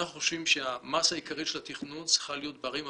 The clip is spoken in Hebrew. אנחנו חושבים שהמסה העיקרית של התכנון צריכה להיות בערים הוותיקות,